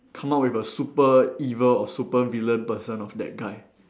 come up with a super evil or supervillain person of that guy